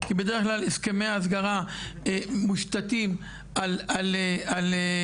כי בדרך כלל הסכמי ההסגרה מושתתים על הדדיות.